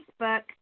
Facebook